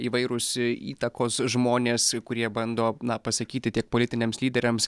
įvairūs įtakos žmonės kurie bando na pasakyti tiek politiniams lyderiams